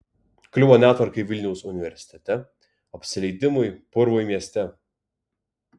kliuvo netvarkai vilniaus universitete apsileidimui purvui mieste